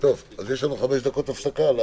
יוצאים לחמש דקות הפסקה.